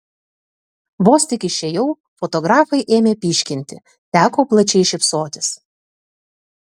vos tik išėjau fotografai ėmė pyškinti teko plačiai šypsotis